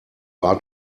are